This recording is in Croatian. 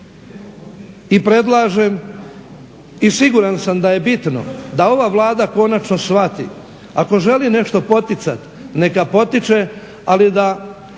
i predlažem i siguran sam da je bitno da ova Vlada konačno shvati ako želi nešto poticati neka potiče, ali da